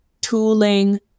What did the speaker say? tooling